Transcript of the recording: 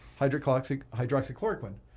hydroxychloroquine